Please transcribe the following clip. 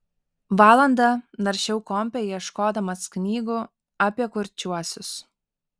valandą naršiau kompe ieškodamas knygų apie kurčiuosius